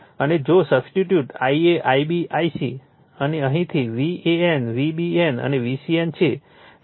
અને જો substitute Ia Ib Ic અને અહીંથી VAN VBN અને VCN છે